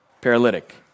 paralytic